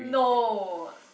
no